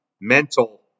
mental